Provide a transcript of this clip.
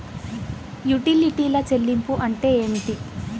యుటిలిటీల చెల్లింపు అంటే ఏమిటి?